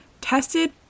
Tested